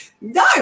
no